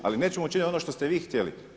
Ali nećemo učiniti ono što ste vi htjeli.